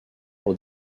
pour